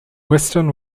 weston